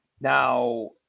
Now